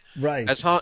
right